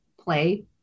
play